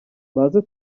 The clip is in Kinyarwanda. baze